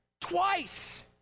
twice